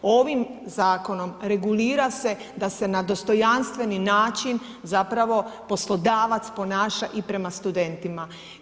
Ovim zakonom regulira se da se na dostojanstveni način zapravo poslodavac ponaša i prema studentima.